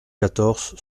quatorze